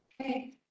okay